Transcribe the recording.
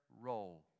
role